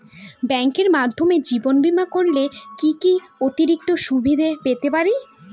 ব্যাংকের মাধ্যমে জীবন বীমা করলে কি কি অতিরিক্ত সুবিধে পেতে পারি?